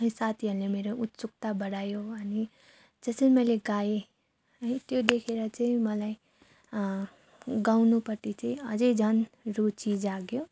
है साथीहरूले मेरो उत्सुक्ता बढायो अनि जसरी मैले गाएँ है त्यो देखेर चाहिँ मलाई गाउनुपट्टि चाहिँ अझै झन् रुचि जाग्यो